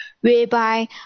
whereby